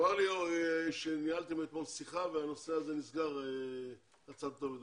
נאמר לי שניהלתם אתמול שיחה והנושא הזה נסגר על הצד הטוב.